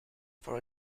for